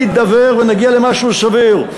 נידבר ונגיע למשהו סביר.